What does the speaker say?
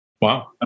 Wow